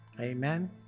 Amen